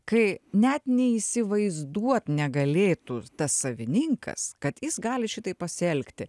kai net neįsivaizduot negalėtų tas savininkas kad jis gali šitaip pasielgti